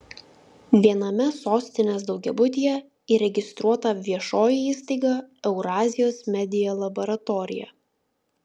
viename sostinės daugiabutyje įregistruota viešoji įstaiga eurazijos media laboratorija